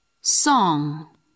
Song